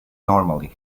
normally